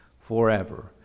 forever